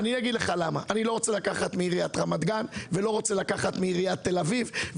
אני לא רוצה לקחת מעיריית רמת גן ולא רוצה לקחת מעיריית תל אביב.